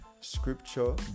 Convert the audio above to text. scripture